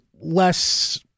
less